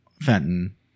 Fenton